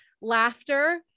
laughter